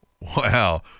Wow